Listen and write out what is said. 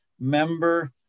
member